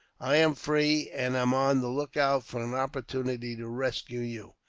i am free, and am on the lookout for an opportunity to rescue you.